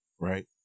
right